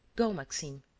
go, maxime,